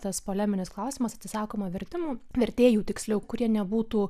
tas poleminis klausimas atsisakoma vertimų vertėjų tiksliau kurie nebūtų